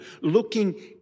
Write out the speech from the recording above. looking